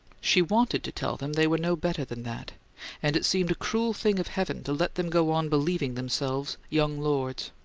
she wanted to tell them they were no better than that and it seemed a cruel thing of heaven to let them go on believing themselves young lords.